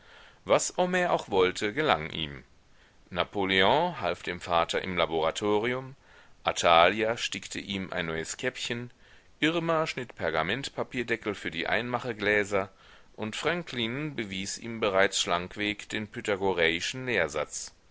was homais auch wollte gelang ihm napoleon half dem vater im laboratorium athalia stickte ihm ein neues käppchen irma schnitt pergamentpapierdeckel für die einmachegläser und franklin bewies ihm bereits schlankweg den pythagoreischen lehrsatz